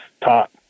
taught